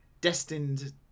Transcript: destined